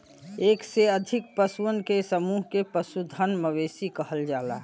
एक से अधिक पशुअन के समूह के पशुधन, मवेशी कहल जाला